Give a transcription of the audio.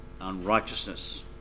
unrighteousness